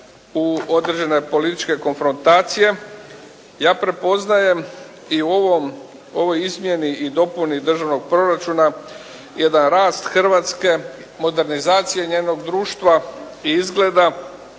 u određene političke konfrontacije. Ja prepoznajem i u ovoj izmjeni i dopuni državnog proračuna jedan rast Hrvatske, modernizacije njenog društva i izgleda.